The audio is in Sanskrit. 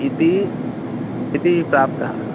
इति इति प्राप्तः